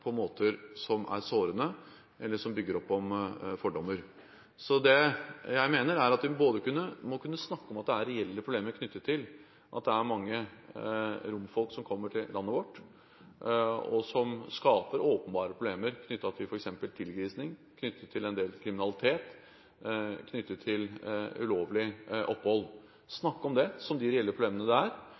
på måter som er sårende, eller som bygger opp om fordommer. Så det jeg mener, er at vi må kunne snakke om at det er reelle problemer knyttet til det at mange romfolk kommer til landet vårt – og som skaper åpenbare problemer knyttet til f.eks. tilgrising, en del kriminalitet og ulovlig opphold – og samtidig være opptatt av at hver enkelt av dem er enkeltmennesker, og fortjener behandling og respekt som